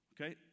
Okay